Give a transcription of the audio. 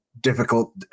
difficult